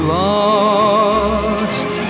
lost